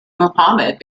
muhammad